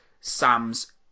Sam's